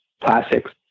plastics